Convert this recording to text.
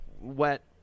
wet